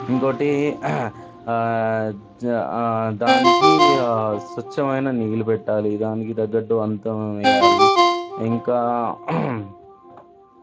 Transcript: ఇంకోకటి దానికి స్వచ్ఛమైన నీళ్ళు పెట్టాలి దానికి తగ్గట్టు అంతా వెయ్యాలి ఇంకా